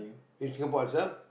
in Singapore itself